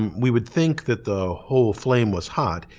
we would think that the whole flame was hot,